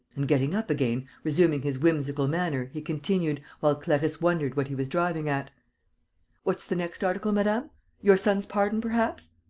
and, getting up again, resuming his whimsical manner, he continued, while clarisse wondered what he was driving at what's the next article, madame? your son's pardon, perhaps?